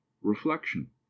reflection